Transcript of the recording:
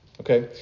Okay